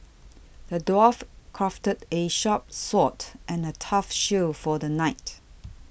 the dwarf crafted a sharp sword and a tough shield for the knight